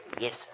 Yes